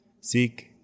Seek